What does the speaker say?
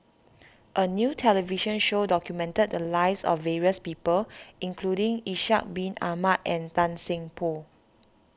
a new television show documented the lives of various people including Ishak Bin Ahmad and Tan Seng Poh